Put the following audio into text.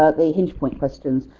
ah the hinge point questions,